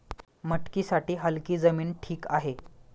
मटकीसाठी हलकी जमीन ठीक आहे